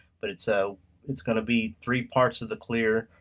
but it's so it's gonna be three parts of the clear,